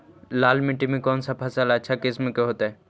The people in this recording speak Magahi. लाल मिट्टी में कौन से फसल अच्छा किस्म के होतै?